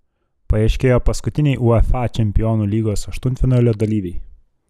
paaiškėjo paskutiniai uefa čempionų lygos aštuntfinalio dalyviai